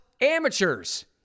amateurs